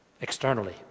externally